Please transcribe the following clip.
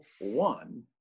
one